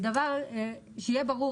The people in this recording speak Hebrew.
שיהיה ברור,